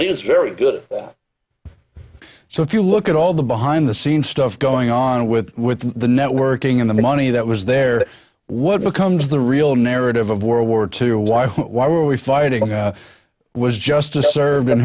is very good so if you look at all the behind the scenes stuff going on with with the networking and the money that was there what becomes the real narrative of world war two why why are we fighting was justice served